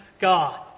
God